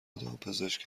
دامپزشک